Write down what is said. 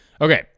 Okay